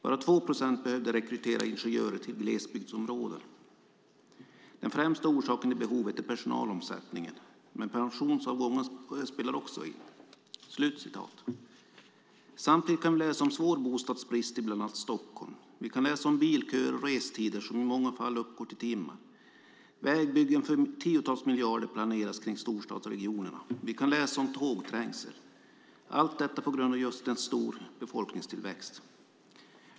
Bara två procent behövde rekrytera ingenjörer till glesbygdsområden. Den främsta orsaken till behovet är personalomsättningen, men pensionsavgångar spelar också in." Samtidigt kan vi läsa om svår bostadsbrist i bland annat Stockholm. Vi kan läsa om bilköer och restider som i många fall uppgår till timmar. Vägbyggen för tiotals miljarder planeras kring storstadsregionerna. Vi kan läsa om tågträngsel - allt detta på grund av just en stor befolkningstillväxt.